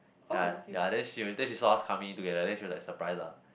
ya ya then she was then she saw us coming in together then she was like surprise ah